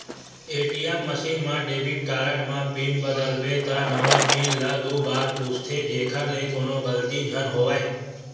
ATM machine म debit card म pin बदलबे त नवा पिन ल दू बार पूछथे जेखर ले कोनो गलती झन होवय